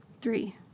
Three